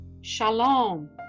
shalom